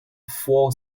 four